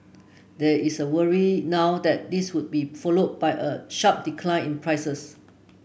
there is a worry now that this would be followed by a sharp decline in prices